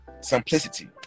simplicity